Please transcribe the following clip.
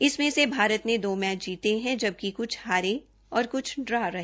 इसमें से भारत ने दो मैच जीते हैं जबकि कुछ हारे और कुछ ड्रा रहे